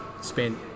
spent